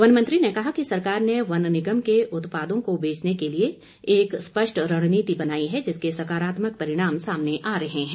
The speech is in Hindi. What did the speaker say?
वन मंत्री ने कहा कि सरकार ने वन निगम के उत्पादों को बेचने के लिए एक स्पष्ट रणनीति बनाई है जिसके सकारात्मक परिणाम सामने आ रहे हैं